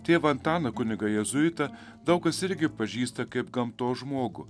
tėvą antaną kunigą jėzuitą daug kas irgi pažįsta kaip gamtos žmogų